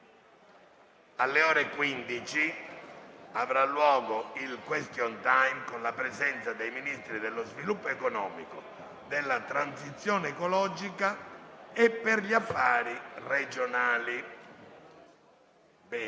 alle ore 15, avrà luogo il *question time* con la presenza dei Ministri dello sviluppo economico, della transizione ecologica e per gli affari regionali.